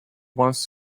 wants